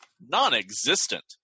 non-existent